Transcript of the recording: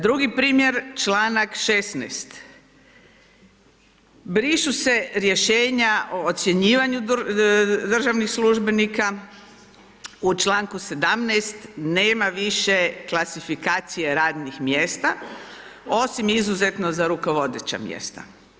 Drugi primjer, članak 16. brišu se rješenja o ocjenjivanju državnih službenika, u članku 17. nema više klasifikacije radnih mjesta osim izuzetno za rukovodeća mjesta.